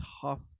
tough